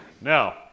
Now